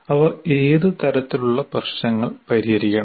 അവർ ഏത് തരത്തിലുള്ള പ്രശ്നങ്ങൾ പരിഹരിക്കണം